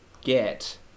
get